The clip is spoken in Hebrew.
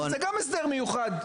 זה גם הסדר מיוחד.